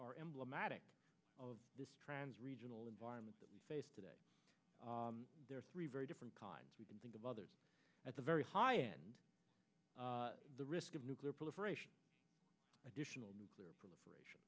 are emblematic of this trans regional environment that face today there are three very different kinds we can think of others at the very high end the risk of nuclear proliferation additional nuclear proliferation